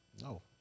No